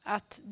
Att